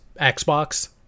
Xbox